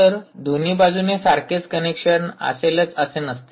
तर दोन्ही बाजूने सारखेच कनेक्शन असेलच असे नसते